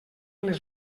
les